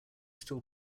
still